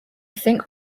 think